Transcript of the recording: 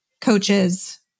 coaches